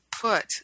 put